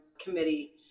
committee